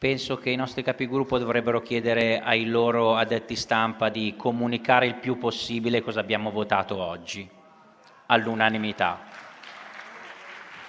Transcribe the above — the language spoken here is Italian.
Penso che i nostri Capigruppo dovrebbero chiedere ai loro addetti stampa di comunicare il più possibile che cosa abbiamo votato oggi, all'unanimità.